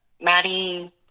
Maddie